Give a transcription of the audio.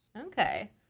Okay